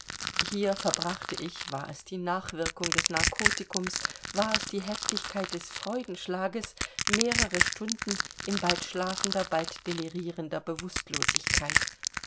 hier verbrachte ich war es die nachwirkung des narkotikums war es die heftigkeit des freudenschlages mehrere stunden in bald schlafender bald delirierender bewußtlosigkeit